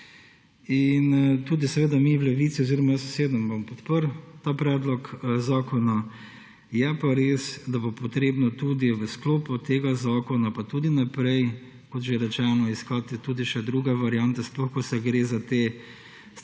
če ne prej. Mi v Levici oziroma jaz osebno bom podprl ta predlog zakona. Je pa res, da bo potrebno tudi v sklopu tega zakona – pa tudi naprej, kot že rečeno –, iskati tudi druge variante; sploh, ko gre za te